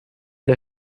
der